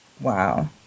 Wow